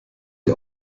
die